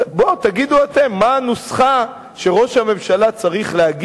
בואו תגידו אתם מה הנוסחה שראש הממשלה צריך להציג